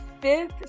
fifth